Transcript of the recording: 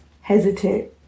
hesitant